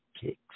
Kicks